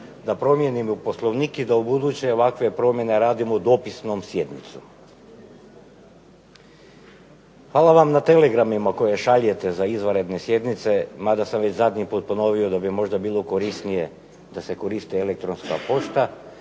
da promijenimo Poslovnik i da ubuduće ovakve promjene radimo dopisnom sjednicom. Hvala vam na telegramima koje šaljete za izvanredne sjednice mada sam već zadnji put ponovio da bi možda bilo korisnije da se koristi elektronska pošta,